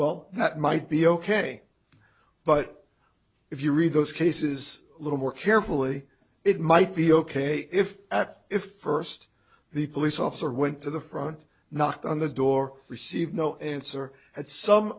well that might be ok but if you read those cases a little more carefully it might be ok if if first the police officer went to the front knocked on the door received no answer at some